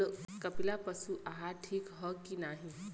कपिला पशु आहार ठीक ह कि नाही?